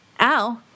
Ow